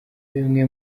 bimwe